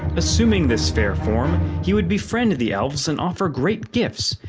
assuming this fair form, he would befriend the elves and offer great gifts.